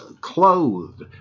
clothed